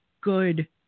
Good